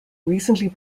recently